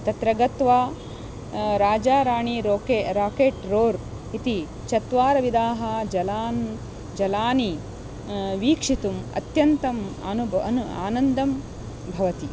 तत्र गत्वा राजा राणी रोके राकेट् रोर् इति चत्वारविधाः जलान् जलानि वीक्षितुम् अत्यन्तम् अनुभवः अनु अनुबन्धः भवति